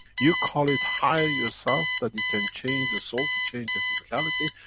you call it higher yourself, that you can change the soul to change the physicality.